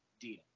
deal